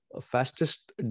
fastest